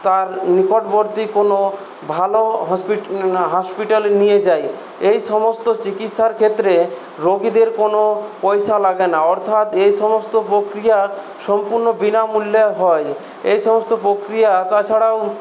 তার নিকটবর্তী কোনো ভালো হসপিটালে নিয়ে যায় এই সমস্ত চিকিৎসার ক্ষেত্রে রোগীদের কোনো পয়সা লাগে না অর্থাৎ এই সমস্ত প্রক্রিয়া সম্পূর্ণ বিনামূল্যে হয় এই সমস্ত প্রক্রিয়া তাছাড়াও